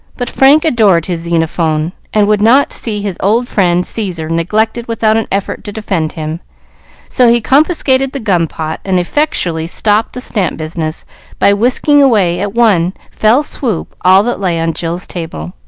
but frank adored his xenophon, and would not see his old friend, caesar, neglected without an effort to defend him so he confiscated the gum-pot, and effectually stopped the stamp business by whisking away at one fell swoop all that lay on jill's table.